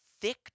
thick